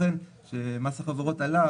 לכן כשמס החברות עלה,